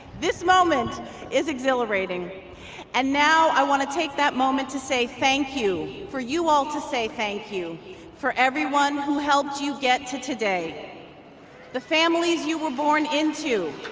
this moment is exhilarating and now i want to take that moment to say thank you, for you all to say thank you for everyone who helped you get to today the families you were born into,